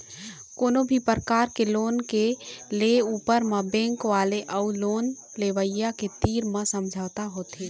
कोनो भी परकार के लोन के ले ऊपर म बेंक वाले अउ लोन लेवइया के तीर म समझौता होथे